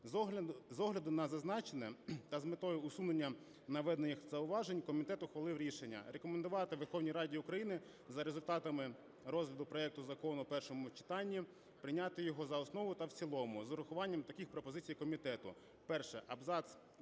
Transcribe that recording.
З огляду на зазначене та з метою усунення наведених зауважень комітет ухвалив рішення: рекомендувати Верховній Раді України за результатами розгляду проекту закону у першому читанні прийняти його за основу та в цілому з урахуванням таких пропозицій комітету: Перше. Абзац